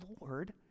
Lord